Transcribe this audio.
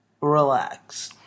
relax